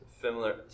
similar